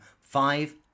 five